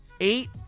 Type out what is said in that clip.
eight